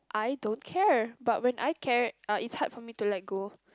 I don't care but when I care uh it's hard for me to let go